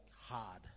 hard